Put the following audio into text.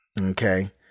okay